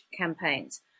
campaigns